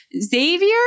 Xavier